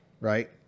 Right